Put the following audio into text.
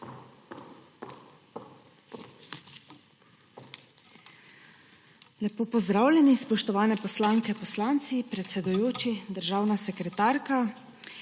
Lepo pozdravljeni. Spoštovane poslanke, poslanci, predsedujoči, državna sekretarka!